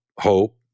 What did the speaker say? hope